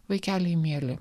vaikeliai mieli